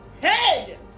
head